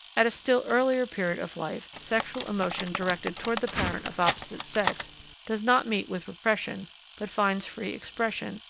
at a still earlier period of life sexual emotion directed toward the parent of opposite sex does not meet with repression but finds free expression,